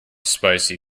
spicy